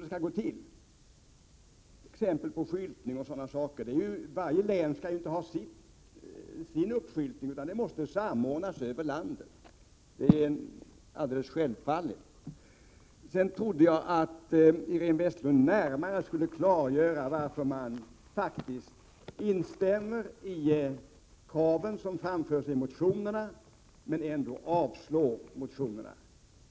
Det borde finnas exempel på skyltning o. d. Varje län skall ju inte ha sin egen skyltning, utan den måste samordnas över landet. Det är alldeles självklart. Jag trodde att Iréne Vestlund närmare skulle klargöra varför man faktiskt instämmer i de krav som framförs i motionerna men ändå avstyrker dem.